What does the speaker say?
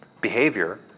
behavior